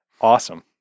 Awesome